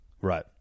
Right